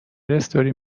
استوری